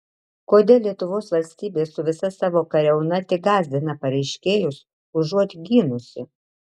kodėl lietuvos valstybė su visa savo kariauna tik gąsdina pareiškėjus užuot gynusi